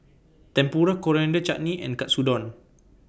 Tempura Coriander Chutney and Katsudon